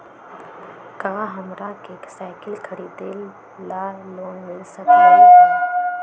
का हमरा के साईकिल खरीदे ला लोन मिल सकलई ह?